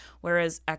whereas